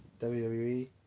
WWE